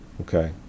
okay